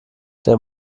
der